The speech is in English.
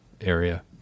area